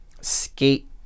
skate